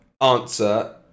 answer